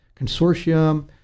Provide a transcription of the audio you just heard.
consortium